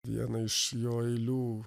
vieną iš jo eilių